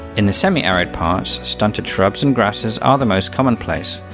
in the semi-arid parts, stunted shrubs and grasses are the most commonplace.